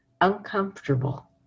uncomfortable